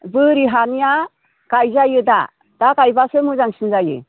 बोरि हानिया गायजायो दा दा गायब्लासो मोजांसिन जायो